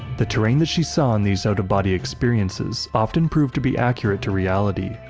the terrain that she saw in these out-of-body experiences often proved to be accurate to reality,